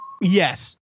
Yes